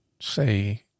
say